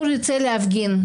יוצא להפגין.